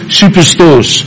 superstores